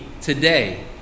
today